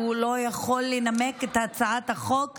והוא לא יכול לנמק את הצעת החוק שלו,